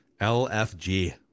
LFG